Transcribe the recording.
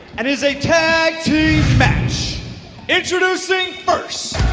and is a tag team match introducing first!